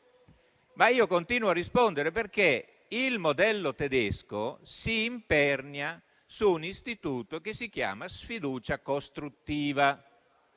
Io continuo a rispondere perché il modello tedesco si impernia su un istituto che si chiama sfiducia costruttiva.